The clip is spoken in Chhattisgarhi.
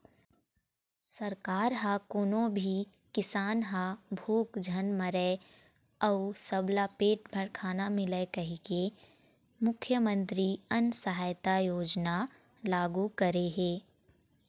सरकार ह कोनो भी किसान ह भूख झन मरय अउ सबला पेट भर खाना मिलय कहिके मुख्यमंतरी अन्न सहायता योजना लागू करे हे